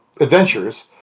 adventures